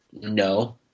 no